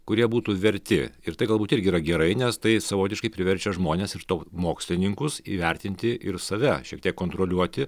kurie būtų verti ir tai galbūt irgi yra gerai nes tai savotiškai priverčia žmones ir to mokslininkus įvertinti ir save šiek tiek kontroliuoti